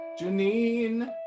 Janine